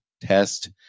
test